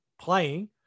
playing